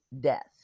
death